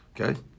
Okay